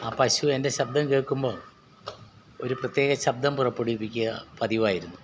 ആ പശു എൻ്റെ ശബ്ദം കേൾക്കുമ്പോൾ ഒരു പ്രത്യേക ശബ്ദം പുറപ്പെടുവിപ്പിക്കുക പതിവായിരുന്നു